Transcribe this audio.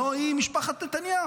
הלוא היא משפחת נתניהו.